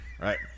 Right